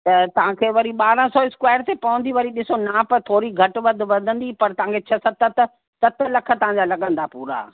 त तव्हांखे वरी ॿाराहं सौ स्क्वेयर ते पवंदी वरी ॾिसो माप थोरी घटि वधंदी पर तव्हांखे छ सत त सत लख तव्हांजा लगंदा पूरा